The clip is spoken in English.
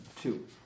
two